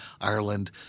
ireland